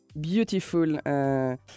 beautiful